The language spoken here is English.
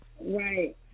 Right